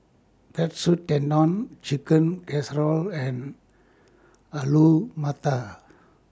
Katsu Tendon Chicken Casserole and Alu Matar